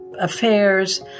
affairs